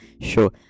sure